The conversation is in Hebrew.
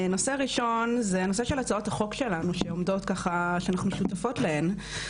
נושא ראשון הוא הנושא של הצעות החוק שלנו שאנחנו שותפות להן.